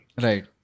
Right